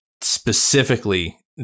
specifically